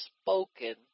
spoken